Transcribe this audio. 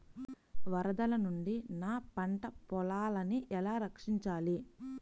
వరదల నుండి నా పంట పొలాలని ఎలా రక్షించాలి?